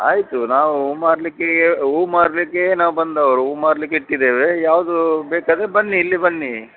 ಆಯಿತು ನಾವು ಹೂ ಮಾರಲಿಕ್ಕೆ ಹೂ ಮಾರಲಿಕ್ಕೆ ನಾವು ಬಂದವರು ಹೂ ಮಾರ್ಲಿಕ್ಕೆ ಇಟ್ಟಿದ್ದೇವೆ ಯಾವುದು ಬೇಕಾದರೆ ಬನ್ನಿ ಇಲ್ಲಿ ಬನ್ನಿ